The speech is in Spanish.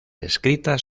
escritas